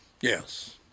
Yes